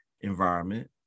environment